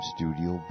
Studio